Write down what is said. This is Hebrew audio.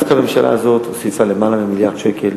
ודווקא הממשלה הזאת הוסיפה למעלה ממיליארד שקל